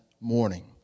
morning